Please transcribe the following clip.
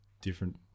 different